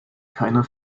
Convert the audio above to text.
keiner